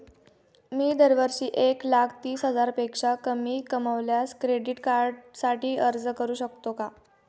मी दरवर्षी एक लाख तीस हजारापेक्षा कमी कमावल्यास क्रेडिट कार्डसाठी अर्ज करू शकतो का?